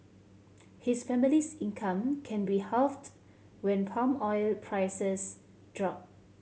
his family's income can be halved when palm oil prices drop